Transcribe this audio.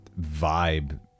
vibe